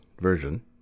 version